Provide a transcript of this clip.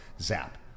zap